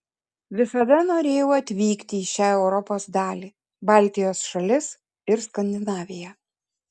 visada norėjau atvykti į šią europos dalį baltijos šalis ir skandinaviją